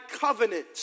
covenant